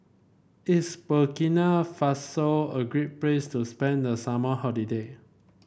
is Burkina Faso a great place to spend the summer holiday